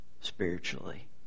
spiritually